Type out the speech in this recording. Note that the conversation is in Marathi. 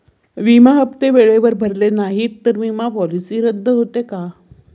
विमा हप्ते वेळेवर भरले नाहीत, तर विमा पॉलिसी रद्द होते का?